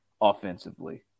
offensively